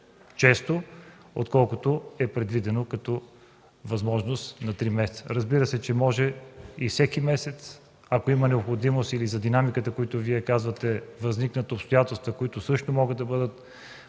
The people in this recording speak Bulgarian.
по-често, отколкото е предвидено като възможност на три месеца. Разбира се, че може всеки месец, ако има необходимост или за динамиката, както Вие казвате, ако възникнат обстоятелства, също могат да бъдат